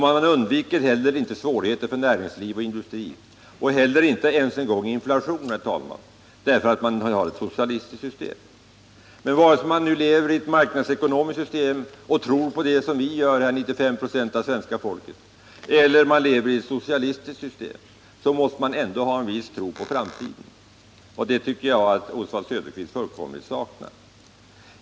Man undviker inte heller svårigheter för näringsliv och industri och man undviker inte ens inflationen därför att man har ett socialistiskt system. Men vare sig man lever i ett marknadsekonomiskt system och tror på det — något som 95 96 av det svenska folket gör — eller man lever i ett socialistiskt system måste man ändå ha en viss tro på framtiden. En sådan tycker jag att Oswald Söderqvist helt saknar.